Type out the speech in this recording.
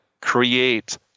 create